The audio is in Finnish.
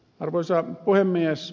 arvoisa puhemies